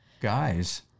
guys